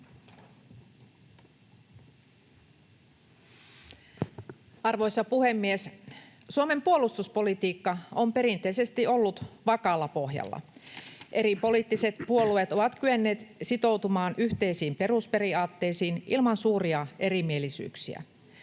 Arvoisa puhemies! Suomen puolustuspolitiikka on perinteisesti ollut vakaalla pohjalla. Eri poliittiset puolueet ovat kyenneet sitoutumaan yhteisiin perusperiaatteisiin ilman suuria erimielisyyksiä.